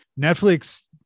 Netflix